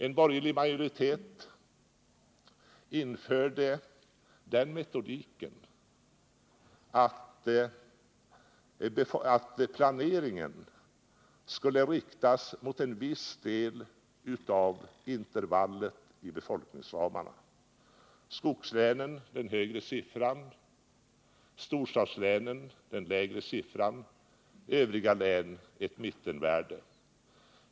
En borgerlig majoritet införde den metodiken, att planeringen skulle riktas mot en viss del av intervallet i befolkningsramarna: skogslänen — den högre siffran; storstadslänen — den lägre siffran; övriga län — ett mittenvärde.